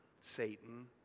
Satan